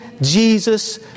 Jesus